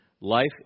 life